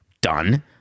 done